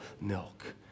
milk